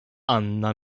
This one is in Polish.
anna